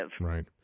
Right